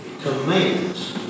commands